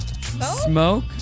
Smoke